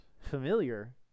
familiar